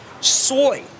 Soy